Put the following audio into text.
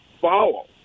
follow